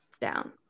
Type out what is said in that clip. down